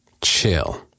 Chill